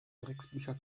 drecksbücher